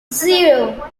zero